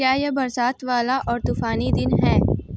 क्या यह बरसात वाला और तूफानी दिन है